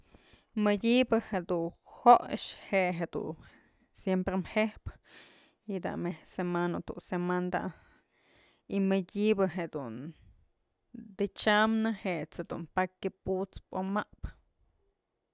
Mëdyëbë jedun joxë je'e jedun siemprem jejpë ji'i da'a met's semana tu'u semana da'a y mëdyëbë dun të chyamnë jet's dun pakya put'spë o map'pë.